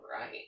right